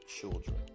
children